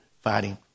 fighting